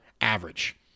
average